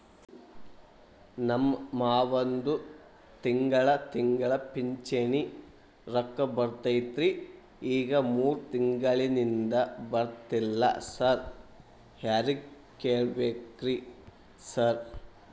ನಮ್ ಮಾವಂದು ತಿಂಗಳಾ ತಿಂಗಳಾ ಪಿಂಚಿಣಿ ರೊಕ್ಕ ಬರ್ತಿತ್ರಿ ಈಗ ಮೂರ್ ತಿಂಗ್ಳನಿಂದ ಬರ್ತಾ ಇಲ್ಲ ಸಾರ್ ಯಾರಿಗ್ ಕೇಳ್ಬೇಕ್ರಿ ಸಾರ್?